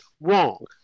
wrong